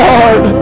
Lord